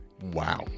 Wow